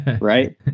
right